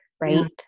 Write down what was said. Right